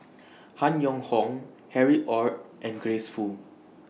Han Yong Hong Harry ORD and Grace Fu